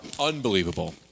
unbelievable